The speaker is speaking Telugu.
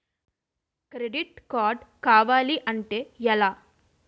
క్రెడిట్ కార్డ్ కావాలి అంటే ఎలా?